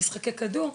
על משחקי כדור,